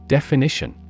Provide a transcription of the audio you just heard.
Definition